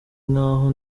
nk’aho